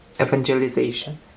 evangelization